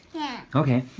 yeah. okay.